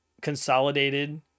consolidated